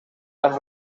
las